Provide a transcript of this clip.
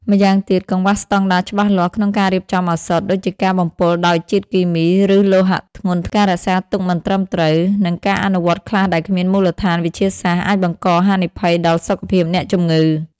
ម្យ៉ាងទៀត កង្វះស្តង់ដារច្បាស់លាស់ក្នុងការរៀបចំឱសថ ដូចជាការបំពុលដោយជាតិគីមី ឬលោហៈធ្ងន់ ការរក្សាទុកមិនត្រឹមត្រូវ និងការអនុវត្តខ្លះដែលគ្មានមូលដ្ឋានវិទ្យាសាស្ត្រ អាចបង្កហានិភ័យដល់សុខភាពអ្នកជំងឺ។